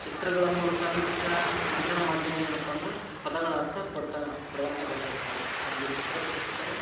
ಚಿತ್ರಗಳ ಮೂಲಕವೂ ನಮ್ಗೆ ಮುದ್ರಣ ಮಾಧ್ಯಮ ಏನಪ್ಪ ಅಂದ್ರೆ ಪದಗಳ ಅರ್ಥ ಕೊಡ್ತಾ ಕೊಡುವಂಥ ಬರ್ತಾ ಇರ್ತದೆ ಒಂದು ಚಿತ್ರ ಕೊಟ್ಟಿರ್ತಾರೆ